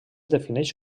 defineix